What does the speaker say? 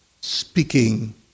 speaking